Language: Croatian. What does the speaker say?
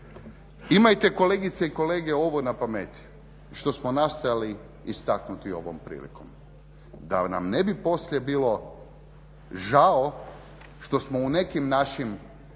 Imajte kolegice i kolege ovo na pameti što smo nastojali istaknuti ovom prilikom da nam ne bi poslije bilo žao što smo u nekim našim